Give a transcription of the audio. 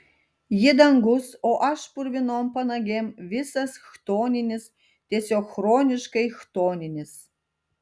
ji dangus o aš purvinom panagėm visas chtoninis tiesiog chroniškai chtoninis